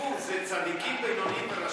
ציבור זה: צדיקים, בינוניים ורשעים.